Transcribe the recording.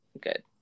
good